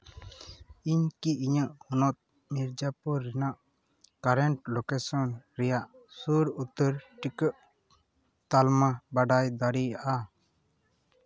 ᱤᱧ ᱠᱤ ᱤᱧᱟᱹᱜ ᱦᱚᱱᱚᱛ ᱢᱤᱨᱡᱟᱯᱩᱨ ᱨᱮᱱᱟᱜ ᱠᱟᱨᱮᱱᱴ ᱞᱳᱠᱮᱥᱚᱱ ᱨᱮᱭᱟᱜ ᱥᱩᱨ ᱩᱛᱟᱹᱨ ᱴᱤᱠᱟᱹᱜ ᱛᱟᱞᱢᱟ ᱵᱟᱰᱟᱭ ᱫᱟᱲᱮᱭᱟᱜᱼᱟ